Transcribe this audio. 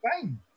fine